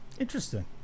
Interesting